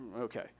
Okay